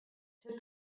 took